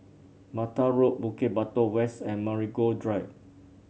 Mata Road Bukit Batok West and Marigold Drive